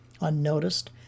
unnoticed